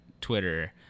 Twitter